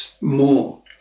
more